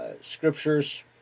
Scriptures